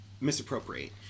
misappropriate